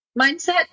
mindset